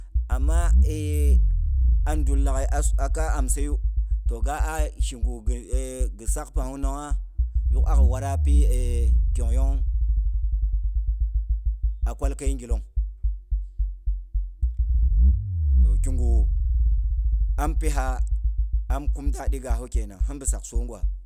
Amma a dullaghai a kha amsei yu, toh ga'a shigu ghi sak kha amsei yu, toh ga'a shigu ghi sak pang yu nongya, yuk a ghi warapi e kyongyong, a kwalkei gilong. Toh kigu am kum dadi gahu kenang, hibi sak soi gwa.